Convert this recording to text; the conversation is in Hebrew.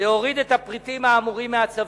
להוריד את הפריטים האמורים מהצווים.